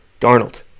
Darnold